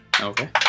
Okay